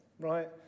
right